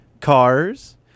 Cars